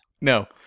No